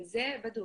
זה בדוק.